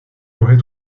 aurait